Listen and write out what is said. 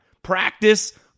Practice